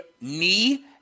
Knee